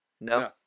no